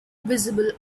visible